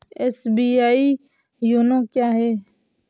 SBI YONO क्या है?